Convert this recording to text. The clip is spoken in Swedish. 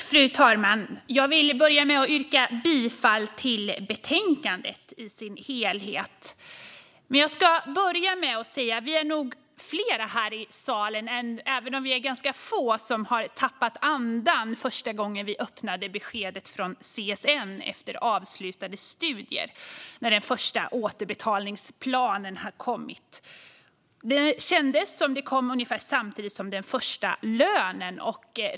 Fru talman! Jag vill börja med att yrka bifall till förslaget i betänkandet i dess helhet. Jag vill börja med att säga att vi nog är flera här i salen - även om vi är ganska få - som tappade andan första gången vi öppnade beskedet från CSN efter avslutade studier när den första återbetalningsplanen kom. Det kändes som den kom ungefär samtidigt som den första lönen.